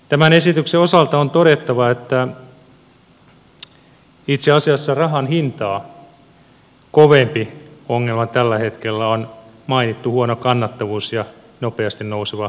tämän esityksen osalta on todettava että itse asiassa rahan hintaa kovempi ongelma tällä hetkellä on mainittu huono kannattavuus ja nopeasti nouseva kustannustaso